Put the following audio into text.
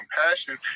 compassion